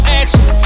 action